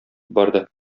барды